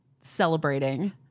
celebrating